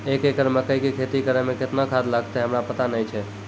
एक एकरऽ मकई के खेती करै मे केतना खाद लागतै हमरा पता नैय छै?